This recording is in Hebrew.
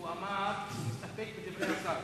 הוא אמר שהוא מסתפק בדבר השר.